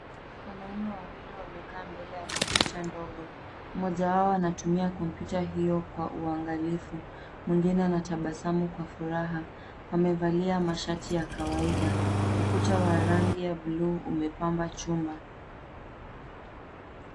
Wanaume wawili wamekaa mbele ya kompyuta ndogo. Mmoja wao anatumia kompyuta hiyo kwa uangalifu, mwingine anatabasamu kwa furaha. Amevalia mashati ya kawaida. Ukuta wa rangi ya buluu umepamba chumba.